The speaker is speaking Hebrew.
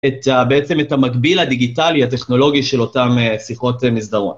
את הבעצם את המקביל הדיגיטלי הטכנולוגי של אותם שיחות מסדרון.